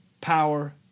power